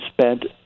spent